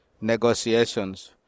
negotiations